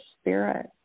spirit